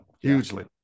Hugely